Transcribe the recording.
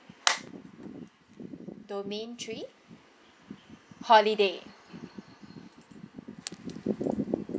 domain three holiday